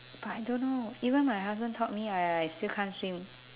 but I don't know even my husband taught me I I still can't swim